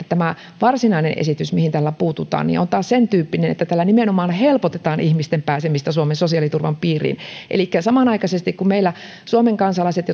tämä varsinainen esitys mihin tällä puututaan on taas sentyyppinen että sillä nimenomaan helpotetaan ihmisten pääsemistä suomen sosiaaliturvan piiriin elikkä samanaikaisesti kun meillä suomen kansalaiset